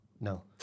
No